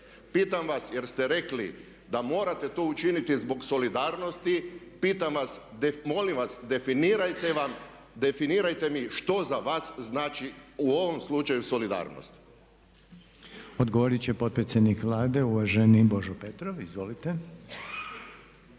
Pitam vas jer ste rekli da morate to učiniti zbog solidarnosti, pitam vas, molim vas, definirajte mi što za vas znači u ovom slučaju solidarnost. **Reiner, Željko (HDZ)** Odgovoriti će potpredsjednik Vlade uvaženi Božo Petrov. Izvolite.